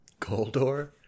Goldor